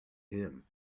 him